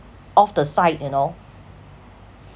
off the side you know